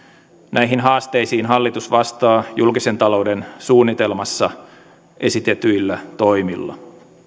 näihin haasteisiin hallitus vastaa julkisen talouden suunnitelmassa esitetyillä toimilla